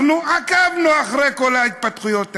אנחנו עקבנו אחרי כל ההתפתחויות האלה.